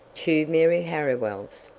two mary harriwells!